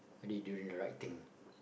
you need to do the right thing